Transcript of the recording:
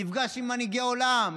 נפגש עם מנהיגי העולם,